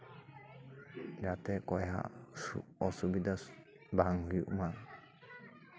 ᱡᱟᱛᱮ ᱚᱠᱚᱭ ᱦᱚᱸ ᱚᱥᱩᱵᱤᱫᱟ ᱵᱟᱝ ᱦᱩᱭᱩᱜ ᱢᱟ